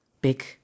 Big